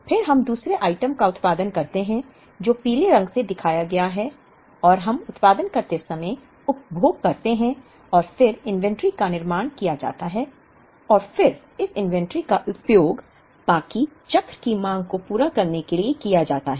फिर हम दूसरे आइटम का उत्पादन करते हैं जो पीले रंग में दिखाया गया है और हम उत्पादन करते समय उपभोग करते हैं और फिर इन्वेंट्री का निर्माण किया जाता है और फिर इस इन्वेंट्री का उपयोग बाकी चक्र की मांग को पूरा करने के लिए किया जाता है